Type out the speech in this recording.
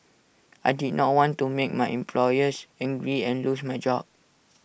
I did not want to make my employers angry and lose my job